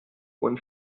uns